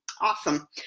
Awesome